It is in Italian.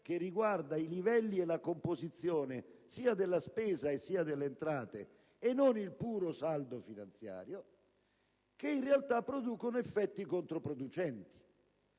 che riguarda i livelli e la composizione, sia della spesa sia delle entrate - e non il puro saldo finanziario - che in realtà generano effetti controproducenti,